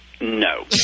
No